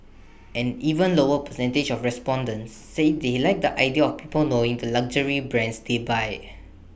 an even lower percentage of respondents said they like the idea of people knowing the luxury brands they buy